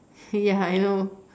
ya I know